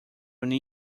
new